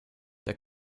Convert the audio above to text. der